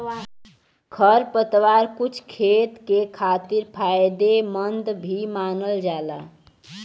खरपतवार कुछ खेत के खातिर फायदेमंद भी मानल जाला